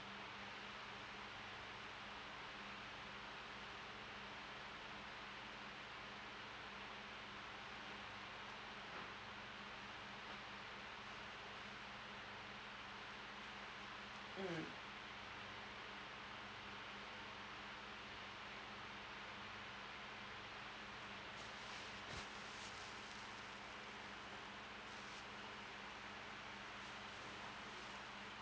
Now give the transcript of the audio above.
mm